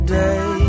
day